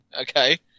okay